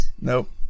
Nope